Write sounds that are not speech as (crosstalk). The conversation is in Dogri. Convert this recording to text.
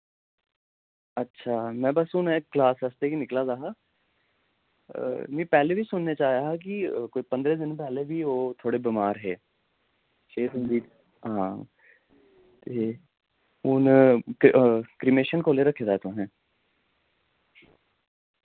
अच्छा में बस हुनै क्लास आस्तै गै निकला दा हा मि पैह्ले वी सुनने च आया हा कि कोई पंदरें दिन पैह्ले वी ओह् थोह्ड़े बमार हे (unintelligible) हां ते हुन क्रिमेशन कुले रक्खे दा तुसें